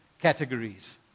categories